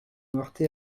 heurter